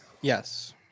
Yes